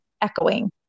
echoing